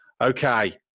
Okay